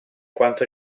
quanto